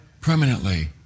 permanently